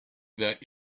that